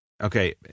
Okay